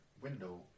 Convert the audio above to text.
window